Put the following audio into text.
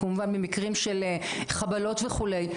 כמובן במקרים של חבלות וכולי,